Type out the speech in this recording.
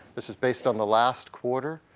this is based on the last quarter,